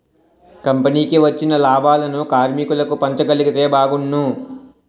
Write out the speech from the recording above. కంపెనీకి వచ్చిన లాభాలను కార్మికులకు పంచగలిగితే బాగున్ను